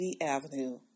Avenue